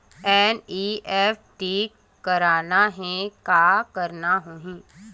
NEFT करना हे का करना होही?